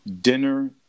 dinner